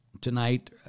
tonight